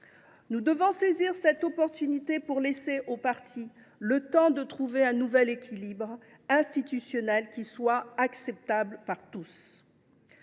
Nous devons saisir cette occasion pour laisser aux parties le temps de trouver un nouvel équilibre institutionnel qui soit acceptable par tous.